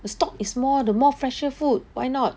the stock is more the more fresher food why not